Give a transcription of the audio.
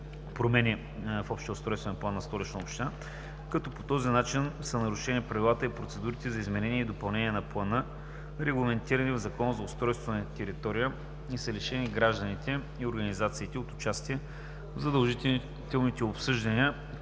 промени в общия устройствен план на Столична община, като по този начин са нарушени правилата и процедурите за изменение и допълнение на плана, регламентирани в Закона за устройство на територията, и са лишени гражданите и организациите от участие в задължителните обсъждания,